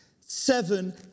seven